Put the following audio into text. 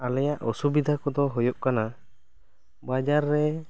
ᱟᱞᱮᱭᱟᱜ ᱚᱥᱩᱵᱤᱫᱟ ᱠᱚᱫᱚ ᱦᱩᱭᱩᱜ ᱠᱟᱱᱟ ᱵᱟᱡᱟᱨ ᱨᱮ